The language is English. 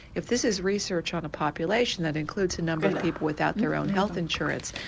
if this is research on a population that includes a number of people without their own health insurance,